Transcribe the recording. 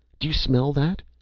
do you smell that?